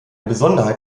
besonderheit